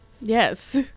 Yes